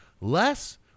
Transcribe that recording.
less